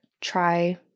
try